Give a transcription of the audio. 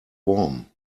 worm